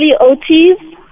OTs